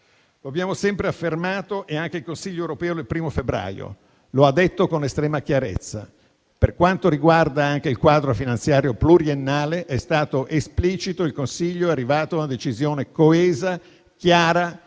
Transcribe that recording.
Lo abbiamo sempre affermato e anche il Consiglio europeo del 1° febbraio lo ha detto con estrema chiarezza. Per quanto riguarda anche il quadro finanziario pluriennale, è stato esplicito il Consiglio, che è arrivato a una decisione coesa e chiara